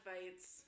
fights